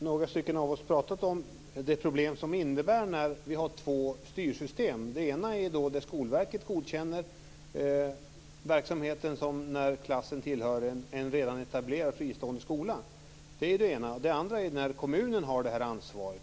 Fru talman! Några av oss har pratat om de problem som det innebär när vi har två styrsystem. I det ena godkänner Skolverket verksamheten när klassen tillhör en redan etablerad fristående skola. I det andra har kommunen detta ansvar.